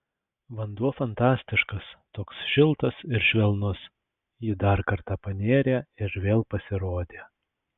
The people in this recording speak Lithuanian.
vanduo fantastiškas toks šiltas ir švelnus ji dar kartą panėrė ir vėl pasirodė